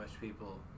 people